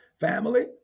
Family